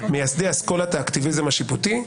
מייסדי אסכולת האקטיביזם השיפוטי,